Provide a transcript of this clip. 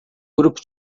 grupo